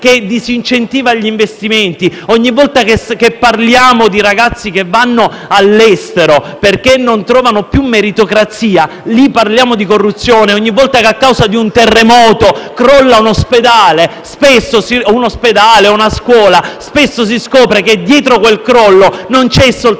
che disincentiva gli investimenti. Ogni volta che parliamo di ragazzi che vanno all'estero perché non trovano più meritocrazia, lì parliamo di corruzione. Ogni volta che a causa di un terremoto crolla un ospedale o una scuola, spesso si scopre che dietro quel crollo non c'è soltanto